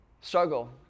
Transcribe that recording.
struggle